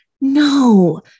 No